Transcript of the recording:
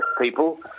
people